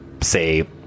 say